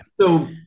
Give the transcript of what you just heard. So-